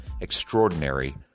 Extraordinary